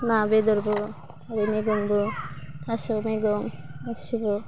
ना बेदरबो मेगंबो थास' मैगं गासिबो